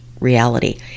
reality